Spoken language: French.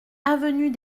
avenue